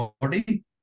Body